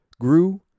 grew